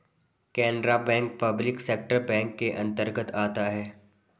Canara bank public sector bank के अंतर्गत आता है